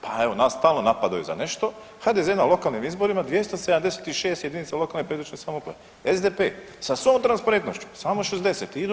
Pa evo nas stalno napadaju za nešto, HDZ na lokalnim izborima 276 jedinica lokalne i područne samouprave, SDP sa svom transparentnošću samo 60, … [[Govornik se ne razumije]] još gore.